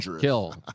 Kill